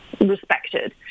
Respected